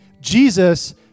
Jesus